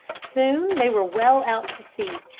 soon they were well out to sea,